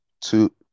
Two